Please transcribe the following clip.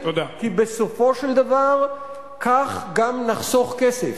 כי בסופו של דבר כך גם נחסוך כסף.